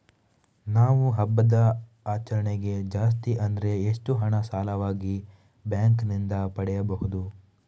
ನಾವು ಹಬ್ಬದ ಆಚರಣೆಗೆ ಜಾಸ್ತಿ ಅಂದ್ರೆ ಎಷ್ಟು ಹಣ ಸಾಲವಾಗಿ ಬ್ಯಾಂಕ್ ನಿಂದ ಪಡೆಯಬಹುದು?